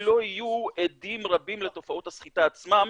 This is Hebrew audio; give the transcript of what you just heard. לא יהיו עדים רבים לתופעות הסחיטה עצמן,